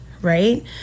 right